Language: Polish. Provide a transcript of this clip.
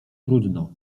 trudno